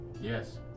Yes